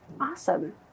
Awesome